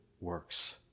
works